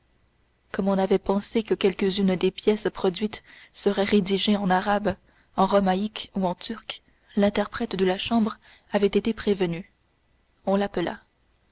comme on avait pensé que quelques-unes des pièces produites seraient rédigées en arabe en romaïque ou en turc l'interprète de la chambre avait été prévenu on l'appela